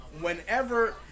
whenever